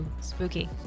Spooky